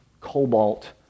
cobalt